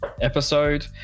episode